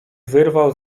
wyrwał